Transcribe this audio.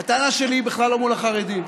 הטענה שלי היא בכלל לא מול החרדים.